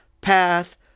path